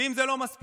ואם זה לא מספיק,